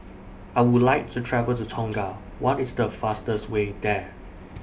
I Would like to travel to Tonga What IS The fastest Way There